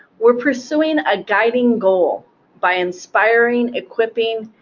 we're pursuing a guiding goal by inspiring, equipping,